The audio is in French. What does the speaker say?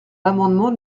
l’amendement